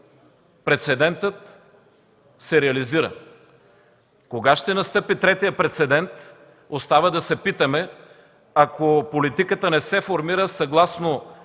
прецедентът се реализира. Кога ще настъпи третият прецедент – остава да се питаме, ако политиката не се формира съгласно